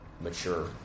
mature